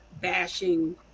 bashing